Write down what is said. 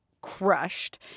crushed